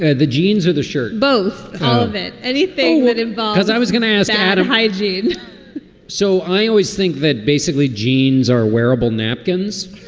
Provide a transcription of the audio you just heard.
ah the jeans are the shirt. both of it. anything that involves i was gonna ask at a hygeine so i always think that basically jeans are wearable napkins.